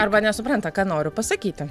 arba nesupranta ką noriu pasakyti